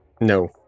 No